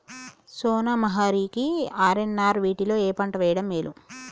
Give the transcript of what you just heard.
సోనా మాషురి కి ఆర్.ఎన్.ఆర్ వీటిలో ఏ పంట వెయ్యడం మేలు?